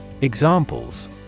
Examples